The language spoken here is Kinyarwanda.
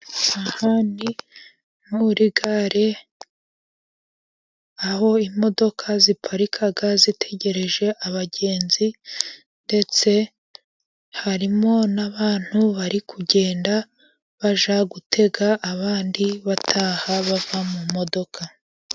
Aha ni muri gare, aho imodoka ziparika zitegereje abagenzi, ndetse harimo n'abantu bari kugenda bajya gutega abandi bataha bava mu modoka.